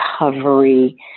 recovery